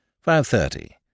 Five-thirty